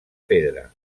pedra